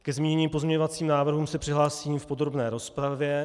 Ke zmíněným pozměňovacím návrhům se přihlásím v podrobné rozpravě.